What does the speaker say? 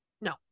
no